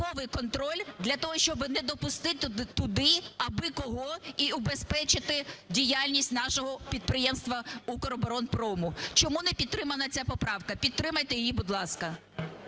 додатковий контроль для того, щоб не допустити туди абикого і убезпечити діяльність нашого підприємства Укроборонпрому. Чому не підтримана ця поправка? Підтримайте її, будь ласка.